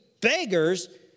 beggars